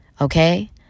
okay